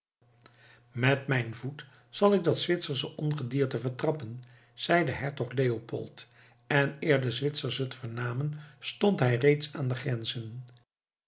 met mijn voet zal ik dat zwitsersche ongedierte vertrappen zeide hertog leopold en eer de zwitsers het vernamen stond hij reeds aan de grenzen